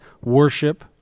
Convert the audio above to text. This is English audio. worship